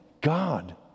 God